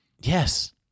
Yes